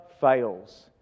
fails